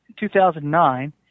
2009